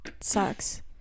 sucks